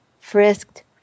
frisked